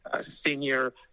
Senior